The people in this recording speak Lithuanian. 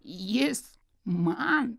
jis man